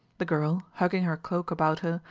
the girl, hugging her cloak about her,